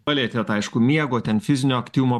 palietėt aišku miego ten fizinio aktyvumo